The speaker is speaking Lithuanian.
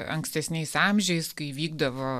ankstesniais amžiais kai vykdavo